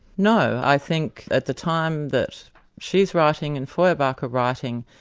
no. i think at the time that she's writing and feuerbach are writing,